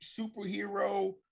superhero